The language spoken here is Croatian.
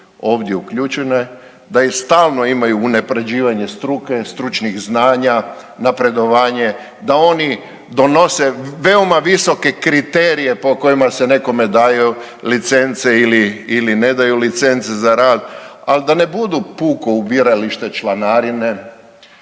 ovdje uključene da i stalno imaju unapređivanje struke, stručnih znanja, napredovanje, da oni donose veoma visoke kriterije po kojima se nekome daju licence ili, ili ne daju licence za rad, al da ne budu puko ubiralište članarine.